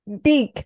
big